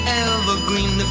evergreen